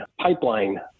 pipeline